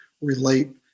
relate